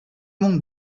monde